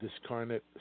discarnate